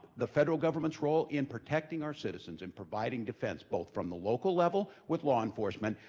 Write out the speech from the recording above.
the federal government's role in protecting our citizens and providing defense, both from the local level with law enforcement,